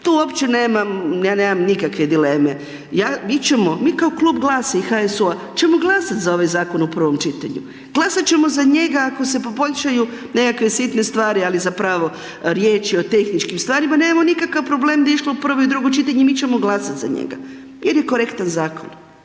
tu uopće nemam, ja nemam nikakve dileme, mi kao klub GLAS-a i HSU-a ćemo glasat za ovaj zakon u prvom čitanju, glasat ćemo za njega ako se poboljšaju nekakve sitne stvari ali zapravo riječ je o tehničkim stvarima, nemamo nikakav problem da je išlo u prvo i drugo čitanje, mi ćemo glasat za njega jer je korektan zakon.